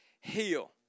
heal